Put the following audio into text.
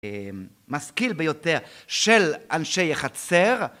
משכיל ביותר של אנשי החצר